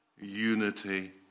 unity